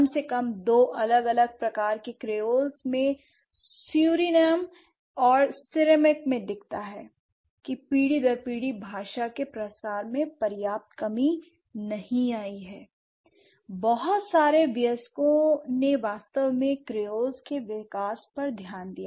कम से कम दो अलग अलग प्रकार के क्रेओल्स में सुरिनाम और सिरेमिक में दिखता है कि पीढ़ी दर पीढ़ी भाषा के प्रसार में पर्याप्त कमी नहीं आई है l बहुत सारे वयस्कों ने वास्तव में क्रेओल्स के विकास में योगदान दिया